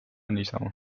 niisama